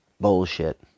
bullshit